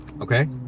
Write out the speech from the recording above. Okay